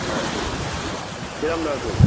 হ্যাঁ কিরম দামের পড়বে